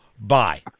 Bye